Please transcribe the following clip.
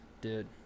Dude